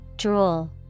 Drool